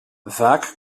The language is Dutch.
vaak